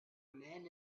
men